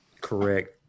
correct